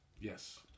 Yes